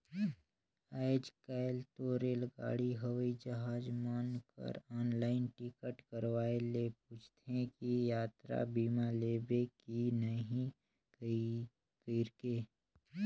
आयज कायल तो रेलगाड़ी हवई जहाज मन कर आनलाईन टिकट करवाये ले पूंछते कि यातरा बीमा लेबे की नही कइरके